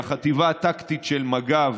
והחטיבה הטקטית של מג"ב,